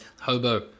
hobo